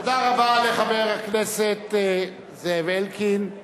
תודה רבה לחבר הכנסת זאב אלקין.